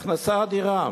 הכנסה אדירה.